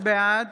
בעד